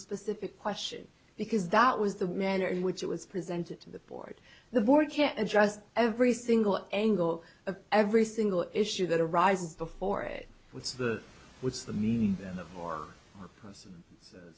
specific question because that was the manner in which it was presented to the board the board can adjust every single angle of every single issue that arises before it what's the what's the meaning of for u